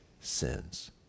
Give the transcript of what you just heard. sins